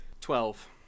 Twelve